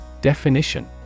Definition